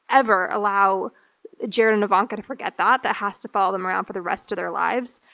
ever allow jared and ivanka to forget that. that has to follow them around for the rest of their lives.